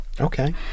Okay